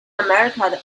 america